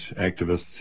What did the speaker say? activists